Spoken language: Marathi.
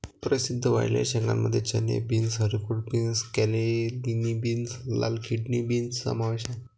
प्रसिद्ध वाळलेल्या शेंगांमध्ये चणे, beans, haricot beans, cannellini beans, लाल किडनी बीन्स समावेश आहे